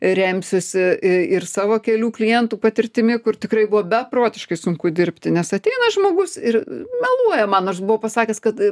remsiuosi i ir savo kelių klientų patirtimi kur tikrai buvo beprotiškai sunku dirbti nes ateina žmogus ir meluoja man aš buvau pasakęs kad